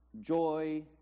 Joy